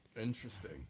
Interesting